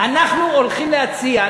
אנחנו הולכים להציע,